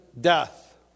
death